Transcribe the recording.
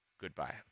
Goodbye